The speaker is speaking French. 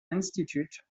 institute